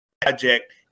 project